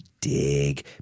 dig